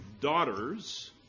daughters